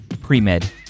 Pre-Med